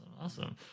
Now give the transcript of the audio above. Awesome